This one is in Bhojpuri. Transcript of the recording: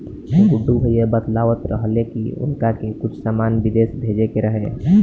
गुड्डू भैया बतलावत रहले की उनका के कुछ सामान बिदेश भेजे के रहे